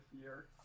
year